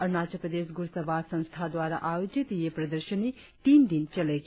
अरुणाचल प्रदेश घुड़सवार संस्था द्वारा आयोजित ये प्रदर्शनी तीन दिन चलेगी